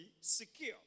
secure